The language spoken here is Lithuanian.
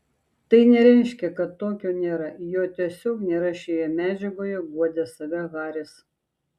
tai nereiškia kad tokio nėra jo tiesiog nėra šioje medžiagoje guodė save haris